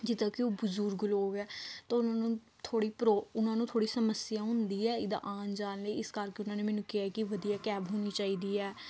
ਜਿੱਦਾਂ ਕਿ ਉਹ ਬਜ਼ੁਰਗ ਲੋਕ ਹੈ ਤਾਂ ਉਹਨਾਂ ਨੂੰ ਥੋੜ੍ਹੀ ਪ੍ਰੋ ਉਹਨਾਂ ਨੂੰ ਥੋੜ੍ਹੀ ਸਮੱਸਿਆ ਹੁੰਦੀ ਹੈ ਇੱਦਾਂ ਆਉਣ ਜਾਣ ਲਈ ਇਸ ਕਰਕੇ ਉਹਨਾਂ ਨੇ ਮੈਨੂੰ ਕਿਹਾ ਕਿ ਵਧੀਆ ਕੈਬ ਹੋਣੀ ਚਾਹੀਦੀ ਹੈ